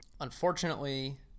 Unfortunately